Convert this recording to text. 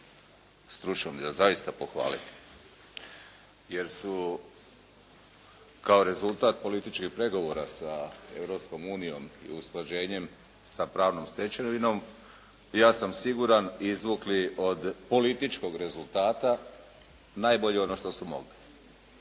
stručno zaista pohvaliti jer su kao rezultat političkih pregovora sa Europskom unijom i usklađenjem sa pravnom stečevinom ja sam siguran izvukli od političkog rezultata najbolje ono što su mogli.